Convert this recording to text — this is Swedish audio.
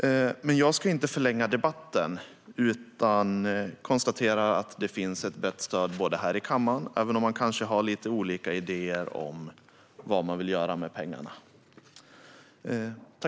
Jag ska dock inte förlänga debatten, utan jag konstaterar att det finns ett brett stöd här i kammaren - även om man kanske har lite olika idéer om vad man vill göra med pengarna.